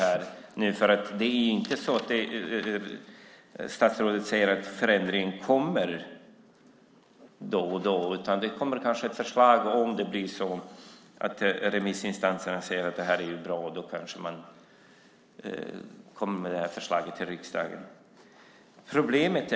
Det är ju inte så att statsrådet säger att förändringen kommer då eller då, utan om remissinstanserna säger att förslaget är bra kanske man kommer med det till riksdagen.